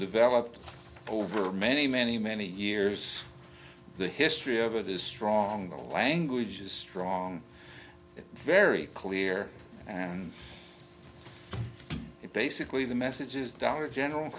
developed over many many many years the history of it is strong language is strong very clear and it basically the message is dollar general